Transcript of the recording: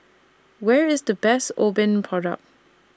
Where IS The Best Product